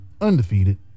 undefeated